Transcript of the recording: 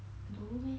you don't know meh